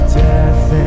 death